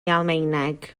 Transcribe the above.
almaeneg